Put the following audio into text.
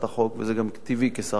וזה גם טבעי כשר החינוך,